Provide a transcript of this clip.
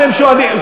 אתם שואלים,